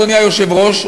אדוני היושב-ראש,